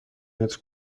متر